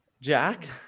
Jack